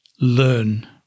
learn